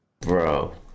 bro